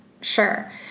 sure